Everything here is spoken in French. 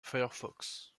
firefox